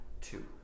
Two